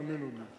האמינו לי.